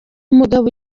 umugabo